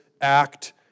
act